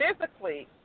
physically